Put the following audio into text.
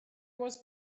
was